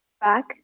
back